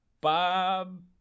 Bob